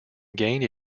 gained